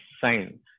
sign